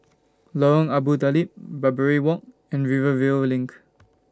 Lorong Abu Talib Barbary Walk and Rivervale LINK